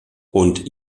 und